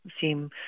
seem